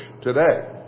today